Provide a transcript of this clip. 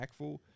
impactful